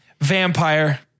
Vampire